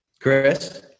Chris